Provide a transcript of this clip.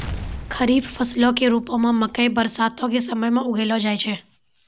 खरीफ फसलो के रुपो मे मकइ बरसातो के समय मे उगैलो जाय छै